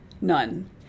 None